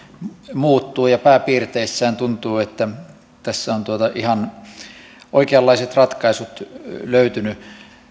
muuttuu ja pääpiirteissään tuntuu että tässä ovat ihan oikeanlaiset ratkaisut löytyneet